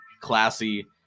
classy